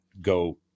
go